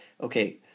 okay